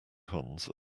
cons